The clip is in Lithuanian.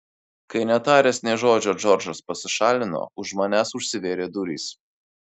kai netaręs nė žodžio džordžas pasišalino už manęs užsivėrė durys